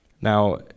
Now